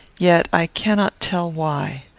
yet i cannot tell why.